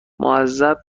معذب